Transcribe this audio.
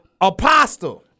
apostle